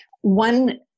one